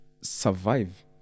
survive